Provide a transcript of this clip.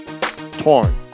torn